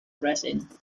resin